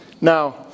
Now